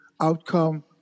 outcome